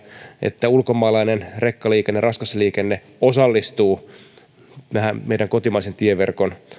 että ulkomaalainen rekkaliikenne raskas liikenne osallistuu meidän kotimaisen tieverkon